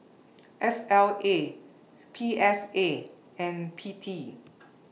S L A P S A and P T